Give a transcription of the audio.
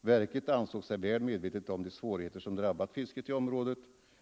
På verket ansåg man sig väl medveten om de svårigheter som drabbat fisket i området